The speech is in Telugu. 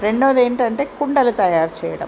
రెండోది ఏంటంటే కుండలు తయారు చేయడం